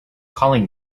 calling